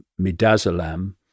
Midazolam